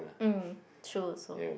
mm true also